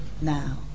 now